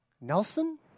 Nelson